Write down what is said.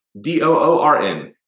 D-O-O-R-N